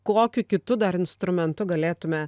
kokiu kitu dar instrumentu galėtume